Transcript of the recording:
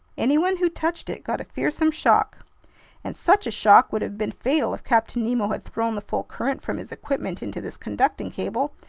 anyone who touched it got a fearsome shock and such a shock would have been fatal if captain nemo had thrown the full current from his equipment into this conducting cable!